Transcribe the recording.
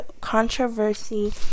controversy